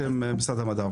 בשם משרד המדע.